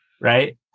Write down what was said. right